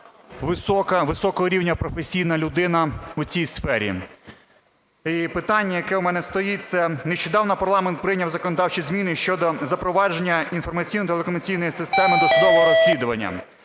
високого рівня професійна людина у цій сфері. І питання, яке у мене стоїть, це нещодавно парламент прийняв законодавчі зміни щодо запровадження інформаційно-телекомунікаційної системи досудового розслідування,